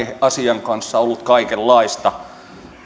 asian kanssa ollut kaikenlaista